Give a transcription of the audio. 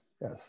yes